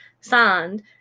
signed